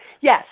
Yes